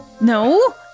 No